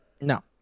No